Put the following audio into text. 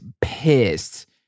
pissed